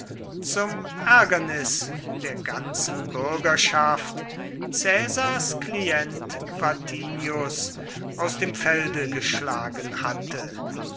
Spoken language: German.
zum ärgernis der ganzen bürgerschaft caesars klient vatinius aus dem felde geschlagen hatte